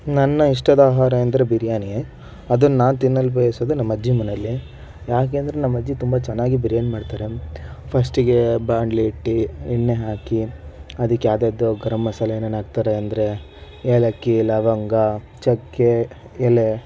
ನನ್ನ ಇಷ್ಟದ ಆಹಾರ ಎಂದರೆ ಬಿರಿಯಾನಿ ಅದನ್ನು ನಾನು ತಿನ್ನಲು ಬಯಸೋದು ನಮ್ಮ ಅಜ್ಜಿ ಮನೇಲಿ ಯಾಕೆ ಅಂದರೆ ನಮ್ಮ ಅಜ್ಜಿ ತುಂಬ ಚೆನ್ನಾಗಿ ಬಿರಿಯಾನಿ ಮಾಡ್ತಾರೆ ಫಸ್ಟಿಗೆ ಬಾಂಡ್ಲಿ ಇಟ್ಟು ಎಣ್ಣೆ ಹಾಕಿ ಅದಕ್ಕೆ ಅದದು ಗರಂ ಮಸಾಲೆ ಏನು ಏನು ಹಾಕ್ತಾರೆ ಅಂದರೆ ಏಲಕ್ಕಿ ಲವಂಗ ಚಕ್ಕೆ ಎಲೆ